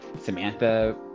Samantha